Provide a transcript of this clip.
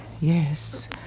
Yes